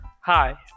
Hi